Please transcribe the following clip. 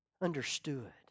understood